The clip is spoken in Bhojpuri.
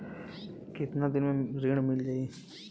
कितना दिन में मील जाई ऋण?